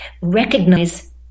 recognize